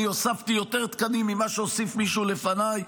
אני הוספתי יותר תקנים ממה שהוסיף מישהו לפניי,